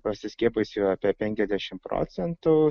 pasiskiepijusių apie penkiasdešimt procentų